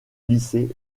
lycée